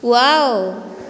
wow